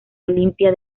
olympia